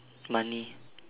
money